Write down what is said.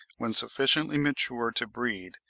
when sufficiently mature to breed,